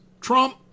Trump